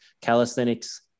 calisthenics